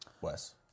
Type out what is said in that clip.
Wes